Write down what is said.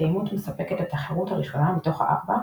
התאימות מספקת את החירות הראשונה מתוך הארבע,